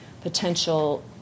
potential